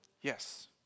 Yes